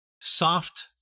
soft